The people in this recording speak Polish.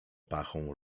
pachą